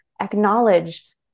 acknowledge